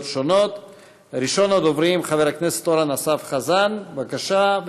ראשון הדוברים, אורן אסף חזן, בבקשה.